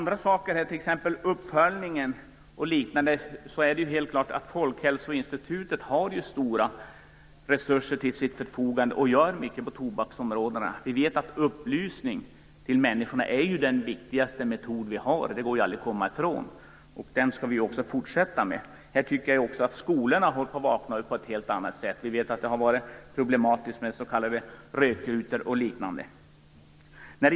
När det gäller t.ex. uppföljningen och liknande är det helt klart att Folkhälsoinstitutet har stora resurser till sitt förfogande och gör mycket på tobaksområdet. Vi vet att upplysning till människor är den viktigaste metod vi har; det går det aldrig att komma ifrån. Den skall vi också fortsätta med. Här tycker jag också att skolorna håller på att vakna upp på ett helt annat sätt. Vi vet att det har varit problematiskt med s.k. rökrutor och liknande.